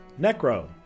Necro